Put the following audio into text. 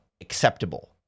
acceptable